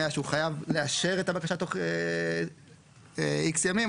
שהוא חייב לאשר את הבקשה תוך X ימים.